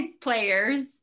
players